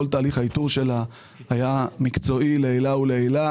תהליך האיתור שלה היה מקצועי לעילה ולעילה.